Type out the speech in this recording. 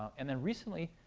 and then recently,